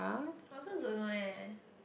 I also don't know leh